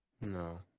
No